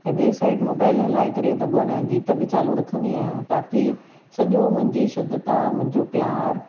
ऐं ॿिए side mobile हलाए करे भॻवान जा गीत बि चालू रखंदी आहियां ताकी सॼो मुंहिंजी शुद्धता मुंहिंजो प्यारु